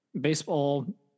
Baseball